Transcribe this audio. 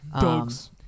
dogs